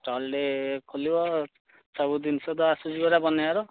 ଷ୍ଟଲ୍ଟେ ଖୋଲିବ ସବୁ ଜିନିଷ ତ ଆସୁଚି ପରା ବନେଇବାର